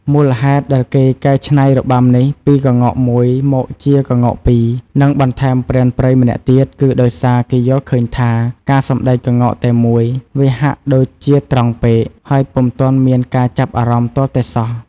មូលហេតុដែលគេកែច្នៃរបាំនេះពីក្ងោកមួយ មកជាក្ងោកពីរ និងបន្ថែមព្រានព្រៃម្នាក់ទៀត គឺដោយសារគេយល់ឃើញថា ការសម្តែងក្ងោកតែមួយ វាហាក់ដូចជាត្រង់ពេក ដែលពុំទាន់មានការចាប់អារម្មណ៍ទាល់តែសោះ។